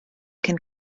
cyn